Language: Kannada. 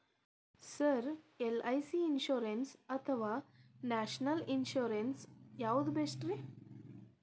ಸರ್ ಎಲ್.ಐ.ಸಿ ಇನ್ಶೂರೆನ್ಸ್ ಅಥವಾ ನ್ಯಾಷನಲ್ ಇನ್ಶೂರೆನ್ಸ್ ಯಾವುದು ಬೆಸ್ಟ್ರಿ?